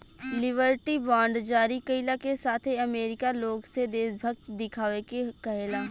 liberty bond जारी कईला के साथे अमेरिका लोग से देशभक्ति देखावे के कहेला